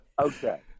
Okay